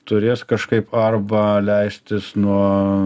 turės kažkaip arba leistis nuo